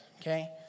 okay